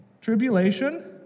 tribulation